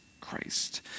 Christ